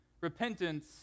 Repentance